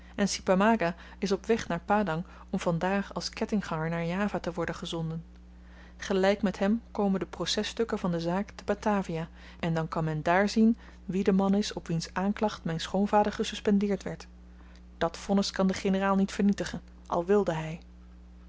en si pamaga is op weg naar padang om vandaar als kettingganger naar java te worden gezonden gelyk met hem komen de processtukken van de zaak te batavia en dan kan men dààr zien wie de man is op wiens aanklacht myn schoonvader gesuspendeerd werd dat vonnis kan de generaal niet vernietigen al wilde hy